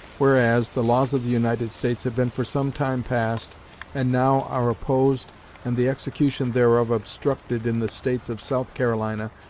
whereas, the laws of the united states have been for some time past and now are opposed and the execution thereof obstructed in the states of south carolina,